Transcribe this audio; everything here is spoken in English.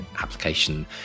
application